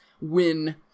win